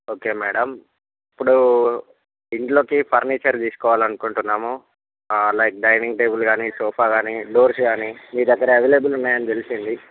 okay madam ఇప్పుడు ఇంట్లోకి furniture తీసుకోవాలనుకుంటున్నాము లైక్ డైనింగ్ టేబుల్ కానీ సోఫా కానీ డోర్స్ కానీ మీ దగ్గర అవైలబుల్ ఉన్నాయని తెలిసింది